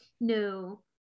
no